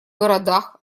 городах